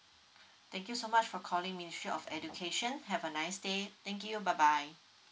thank you so much for calling ministry of education have a nice day thank you bye bye